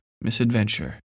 misadventure